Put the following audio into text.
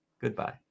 Goodbye